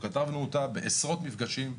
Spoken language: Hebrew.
כתבנו אותה בעשרות מפגשים,